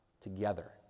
together